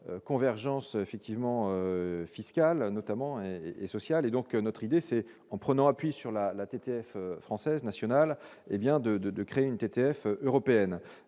convergence effectivement fiscales notamment et et social et donc notre idée, c'est en prenant appui sur la la TTF française nationale, hé bien de, de, de créer une TTF européenne,